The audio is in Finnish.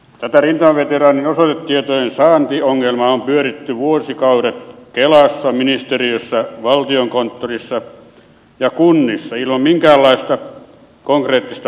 tätä rintamaveteraanien osoitetietojen saantiongelmaa on pyöritetty vuosikaudet kelassa ministeriössä valtiokonttorissa ja kunnissa ilman minkäänlaista konkreettista parannusta